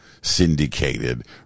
syndicated